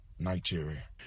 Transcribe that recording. Nigeria